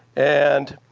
and